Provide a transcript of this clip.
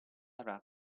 avrà